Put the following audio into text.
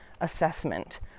assessment